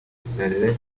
dallaire